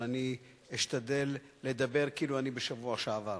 אבל אני אשתדל לדבר כאילו אני בשבוע שעבר.